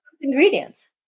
ingredients